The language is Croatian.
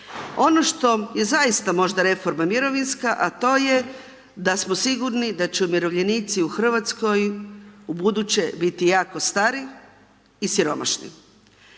Ono što je zaista možda reforma mirovinska, a to je da smo sigurni da će umirovljenici u Hrvatskoj ubuduće biti jako stari i siromašni,